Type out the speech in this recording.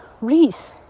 wreath